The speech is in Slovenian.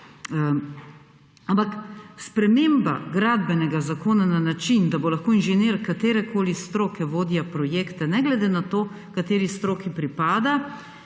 Ampak sprememba Gradbenega zakona na način, da bo lahko inženir katerekoli stroke vodja projekta, ne glede na to, kateri stroki pripada